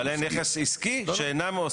בעלי נכס עסקי שאינם עוסקים.